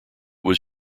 was